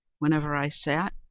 whenever i sat,